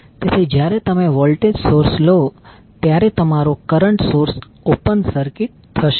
તેથી જ્યારે તમે વોલ્ટેજ સોર્સ લો ત્યારે તમારો કરંટ સોર્સ ઓપન સર્કિટ થશે